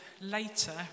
later